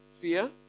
fear